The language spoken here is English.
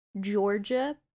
Georgia